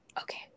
Okay